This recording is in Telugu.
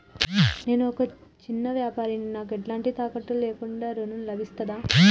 నేను ఒక చిన్న వ్యాపారిని నాకు ఎలాంటి తాకట్టు లేకుండా ఋణం లభిస్తదా?